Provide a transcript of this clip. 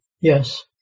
yes